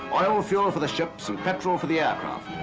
oil fuel for the ships and petrol for the aircraft.